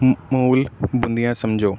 ਮੂਲ ਬਿੰਦੀਆਂ ਸਮਝੋ